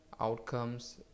outcomes